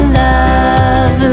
love